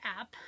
app